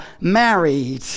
married